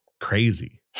crazy